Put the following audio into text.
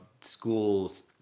schools